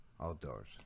outdoors